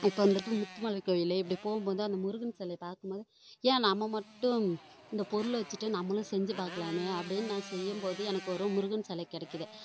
இப்போது வந்துட்டு முத்து மலை கோயில் இப்படி போகும்போது அந்த முருகன் சிலைய பார்க்கும்போது ஏன் நம்ம மட்டும் இந்த பொருளை வச்சுட்டு நம்மளும் செஞ்சு பார்க்கலாமே அப்படினு நான் செய்யும் போது எனக்கு ஒரு முருகன் சில கிடைக்கிது